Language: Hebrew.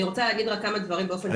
אני רוצה להגיד כמה דברים באופן כללי.